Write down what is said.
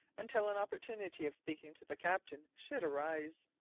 until an opportunity of speaking to the captain should arise.